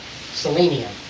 Selenium